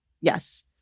yes